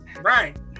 Right